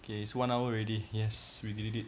okay it's one hour already yes we did it